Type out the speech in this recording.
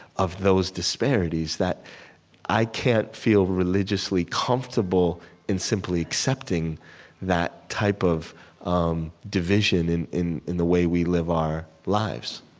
of those disparities that i can't feel religiously comfortable in simply accepting that type of um division in in the way we live our lives